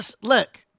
look